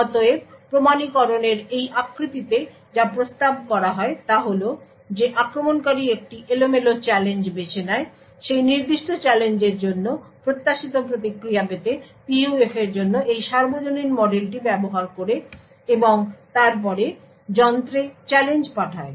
অতএব প্রমাণীকরণের এই আকৃতিতে যা প্রস্তাব করা হয় তা হল যে আক্রমণকারী একটি এলোমেলো চ্যালেঞ্জ বেছে নেয় সেই নির্দিষ্ট চ্যালেঞ্জের জন্য প্রত্যাশিত প্রতিক্রিয়া পেতে PUF এর জন্য এই সার্বজনীন মডেলটি ব্যবহার করে এবং তারপরে যন্ত্রে চ্যালেঞ্জ পাঠায়